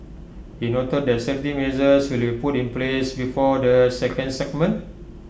he noted that safety measures will be put in place before the second segment